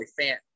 fan